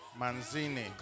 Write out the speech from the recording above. Manzini